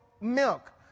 milk